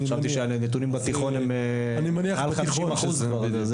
חשבתי שהנתונים התיכון הם מעל 50%. בגלל זה